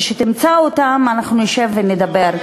כשתמצא אותם אנחנו נשב ונדבר.